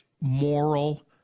moral